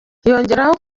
yongeyeho